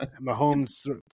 Mahomes